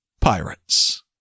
Pirates